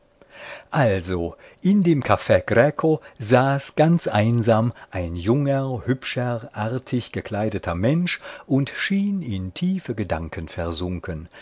also in dem caff greco saß ganz einsam ein junger hübscher artig gekleideter mensch und schien in tiefe gedanken versunken